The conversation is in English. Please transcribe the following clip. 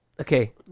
Okay